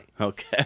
Okay